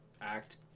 act